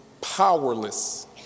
powerless